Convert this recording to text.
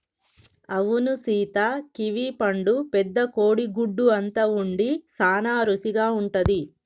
అవును సీత కివీ పండు పెద్ద కోడి గుడ్డు అంత ఉండి సాన రుసిగా ఉంటది